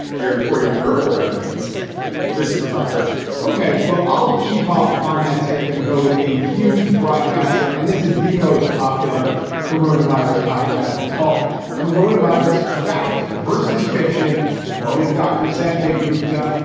they're importing herbal remedies like this is the podcast for you okay, well, i'll keep up on that tip and go with a huge broadcaster. and this is the most popular corona virus podcast. it's called corona virus fact versus fiction well, with dr. sanjay gupta,